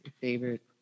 favorite